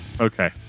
Okay